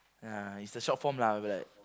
uh it's the short form lah like